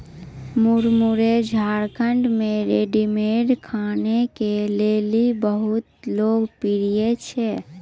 मुरमुरे झारखंड मे रेडीमेड खाना के लेली बहुत लोकप्रिय छै